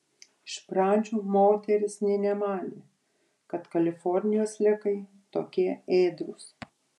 iš pradžių moteris nė nemanė kad kalifornijos sliekai tokie ėdrūs